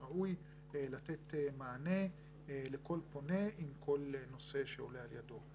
וראוי לתת מענה לכל פונה עם כל נושא שעולה על ידו.